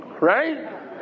Right